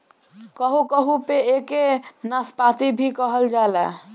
कहू कहू पे एके नाशपाती भी कहल जाला